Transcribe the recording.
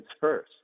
first